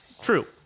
True